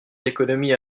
d’économies